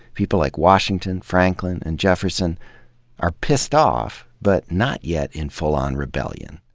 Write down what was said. people like washington, franklin, and jefferson are pissed off, but not yet in full-on rebellion.